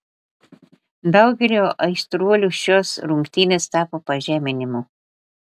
daugeliui aistruolių šios rungtynės tapo pažeminimu